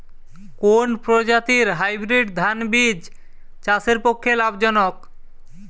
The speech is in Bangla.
কোন প্রজাতীর হাইব্রিড ধান বীজ চাষের পক্ষে লাভজনক?